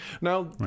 Now